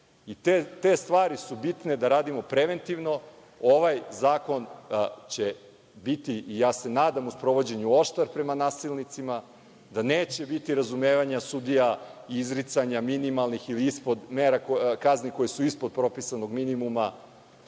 Te stvari su bitne da radimo preventivno, ovaj zakon će biti, ja se nadam, u sprovođenju oštar prema nasilnicima, da neće biti razumevanja sudija, izricanja minimalnih ili ispod kazni koje su ispod propisanog minimuma,